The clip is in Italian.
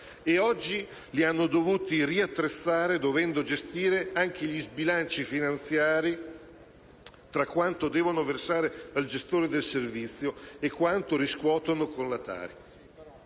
Oggi li hanno dovuti riattrezzare, dovendo gestire anche gli sbilanci finanziari tra quanto devono versare al gestore del servizio e quanto riscuotono con la TARI.